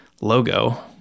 logo